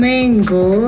Mango